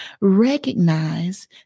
Recognize